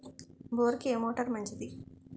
బోరుకి ఏ మోటారు మంచిది?